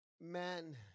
man